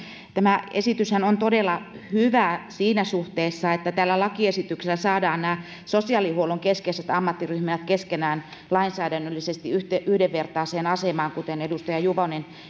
tämä esityshän on todella hyvä siinä suhteessa että tällä lakiesityksellä saadaan sosiaalihuollon keskeiset ammattiryhmät keskenään lainsäädännöllisesti yhdenvertaiseen asemaan kuten edustaja juvonenkin